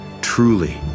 Truly